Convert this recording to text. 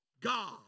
God